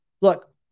Look